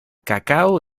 cacao